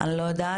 אני לא יודעת,